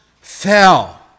fell